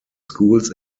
schools